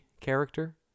character